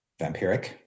Vampiric